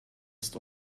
ist